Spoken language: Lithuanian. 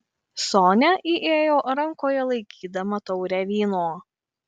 sonia įėjo rankoje laikydama taurę vyno